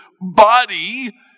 body